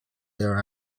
there